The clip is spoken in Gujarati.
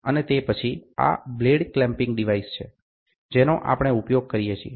અને તે પછી આ બ્લેડ ક્લેમ્પિંગ ડિવાઇસ છે જેનો આપણે ઉપયોગ કરીએ છીએ